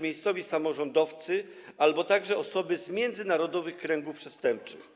miejscowi samorządowcy albo też osoby z międzynarodowych kręgów przestępczych?